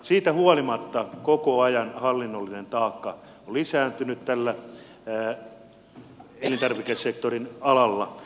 siitä huolimatta koko ajan hallinnollinen taakka on lisääntynyt tällä elintarvikesektorin alalla